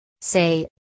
Say